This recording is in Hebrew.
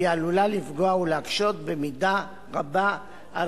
והיא עלולה לפגוע ולהקשות במידה רבה על